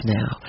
now